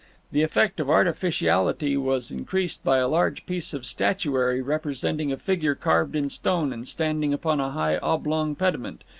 the effect of artificiality was increased by a large piece of statuary representing a figure carved in stone and standing upon a high oblong pediment,